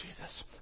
Jesus